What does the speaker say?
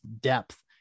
depth